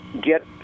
get